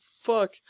fuck